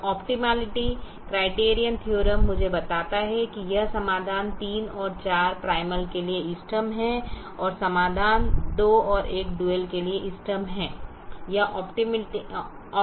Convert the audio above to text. अब optimality criterion theorem मुझे बताता है कि यह समाधान 34 प्राइमल के लिए इष्टतम है और समाधान 21 डुअल के लिए इष्टतम है